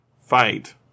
fight